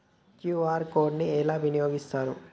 QR code ని ఎలా వినియోగిస్తారు?